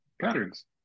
patterns